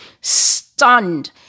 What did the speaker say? stunned